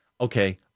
okay